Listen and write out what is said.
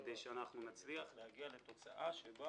כדי שנצליח להגיע לתוצאה שבה